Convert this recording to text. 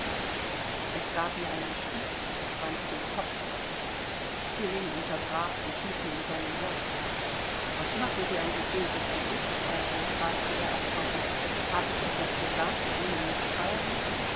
es gab mir einen stich und ich wandte den kopf ab tilling unterbrach sich mitten in seinem satz was machen sie so ein böses gesicht gräfin fragte er erschrocken hab ich etwas gesagt das ihnen mißfallen